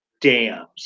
dams